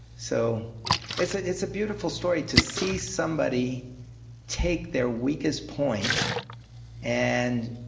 so it's ah it's a beautiful story to see somebody take their weakest point and